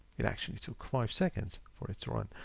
it actually took five seconds for it to run.